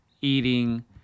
eating